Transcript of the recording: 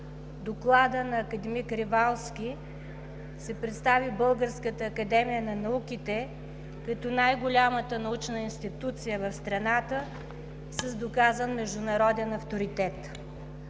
Доклада на академик Ревалски се представи Българската академия на науките, като най-голямата научна институция на страната с доказан международен авторитет.